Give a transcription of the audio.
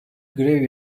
grev